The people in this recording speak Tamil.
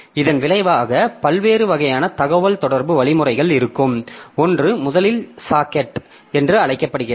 இதன் விளைவாக பல்வேறு வகையான தகவல் தொடர்பு வழிமுறைகள் இருக்கும் ஒன்று முதலில் சாக்கெட் என்று அழைக்கப்படுகிறது